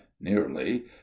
nearly